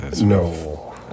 No